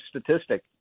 statistic